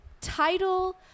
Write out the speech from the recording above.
title